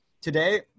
Today